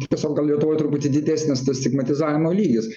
tiesiog gal lietuvoj truputį didesnis tas stigmatizavimo lygis